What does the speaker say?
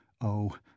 Oh